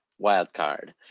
wild card.